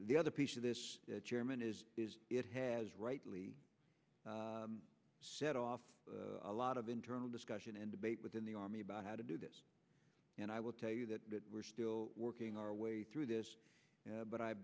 the other piece of this chairman is it has rightly set off a lot of internal discussion and debate within the army about how to do this and i will tell you that we're still working our way through this but i've